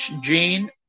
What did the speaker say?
gene